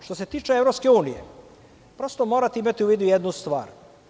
Što se tiče EU, morate imati u vidu jednu stvar.